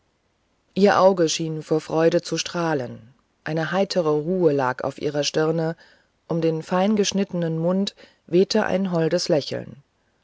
ihr auge schien vor freude zu strahlen eine heitere ruhe lag auf ihrer stirne um den feingeschnittenen mund wehte ein holdes lächeln